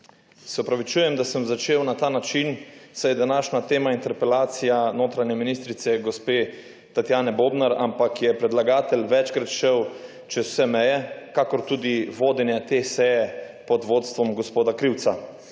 Se opravičujem, da sem začel na ta način, saj je današnja tema interpelacija notranje ministrice, gospe Tatjane Bobnar, ampak je predlagatelj večkrat šel čez vse meje, kakor tudi vodenja te seje pod vodstvom gospoda Krivca,